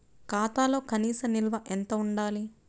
ఖాతాలో కనీస నిల్వ ఎంత ఉండాలి?